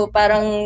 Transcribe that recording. parang